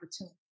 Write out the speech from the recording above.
opportunity